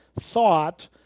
thought